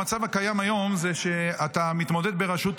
המצב הקיים היום זה שאתה מתמודד ברשות,